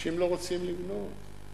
אנשים לא רוצים לבנות.